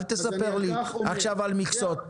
אל תספר לי עכשיו על מכסות.